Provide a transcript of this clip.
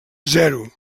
zero